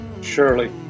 Surely